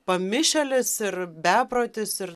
pamišėlis ir beprotis ir